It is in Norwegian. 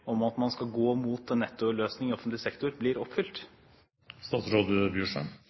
om at man skal gå mot en nettoløsning i offentlig sektor, blir